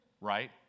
right